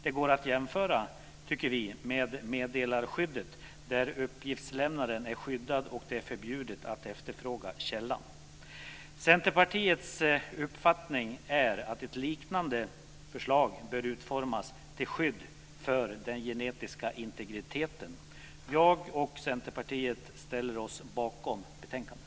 Det går att jämföra, tycker vi, med meddelarskyddet, där uppgiftslämnaren är skyddad och det är förbjudet att efterfråga källan. Centerpartiets uppfattning är att ett liknande förslag bör utformas till skydd för den genetiska integriteten. Jag och Centerpartiet ställer oss bakom hemställan i betänkandet.